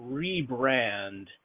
rebrand